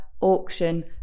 auction